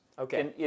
Okay